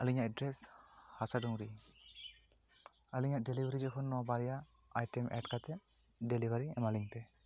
ᱟᱹᱞᱤᱧᱟᱜ address ᱦᱟᱥᱟ ᱰᱩᱝᱨᱤ ᱟᱹᱞᱤᱧᱟᱜ ᱰᱮᱞᱤᱵᱷᱮᱨᱤ ᱡᱚᱠᱷᱚᱱ ᱵᱟᱨᱭᱟ ᱟᱭᱴᱮᱢ ᱮᱹᱰ ᱠᱟᱛᱮ ᱰᱮᱞᱤᱵᱷᱮᱨᱤ ᱮᱢᱟᱞᱤᱧ ᱵᱮᱱ